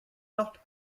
not